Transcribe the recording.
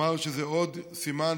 קמתי לומר שזה עוד סימן,